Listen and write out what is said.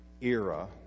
era